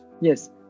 Yes